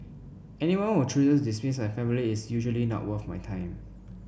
anyone who chooses to dismiss my family is not usually worth my time